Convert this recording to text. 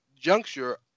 juncture